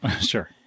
Sure